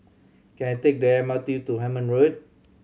can I take the M R T to Hemmant Road